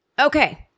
Okay